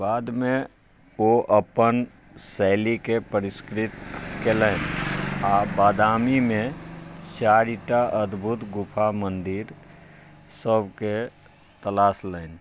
बादमे ओ अपन शैलीके परिष्कृत केलनि आ बादामीमे चारि टा अद्भुत गुफा मन्दिर सभकेँ तलाशलनि